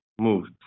moved